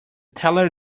teller